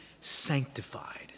sanctified